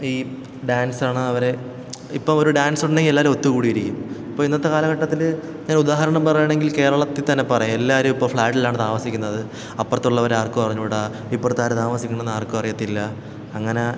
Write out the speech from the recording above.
ഈ ഡാൻസാണവരെ ഇപ്പോള് ഒരു ഡാൻസുണ്ടെങ്കിൽ എല്ലാവരും ഒത്തു കൂടിയിരിക്കും ഇപ്പോള് ഇന്നത്തെ കാലഘട്ടത്തില് ഞാൻ ഉദാഹരണം പറയാണെങ്കിൽ കേരളത്തില് തന്നെ പറയാം എല്ലാവരും ഇപ്പോള് ഫ്ലാറ്റിലാണ് താമസിക്കുന്നത് അപ്പറത്തുള്ളവരെ ആർക്കും അറിഞ്ഞുകൂടാ ഇപ്പുറത്താരാണ് താമസിക്കുന്നതെന്ന് ആർക്കും അറിയത്തില്ല അങ്ങനെ